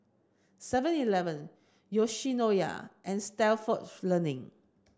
Seven eleven Yoshinoya and Stalford Learning